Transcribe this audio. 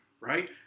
right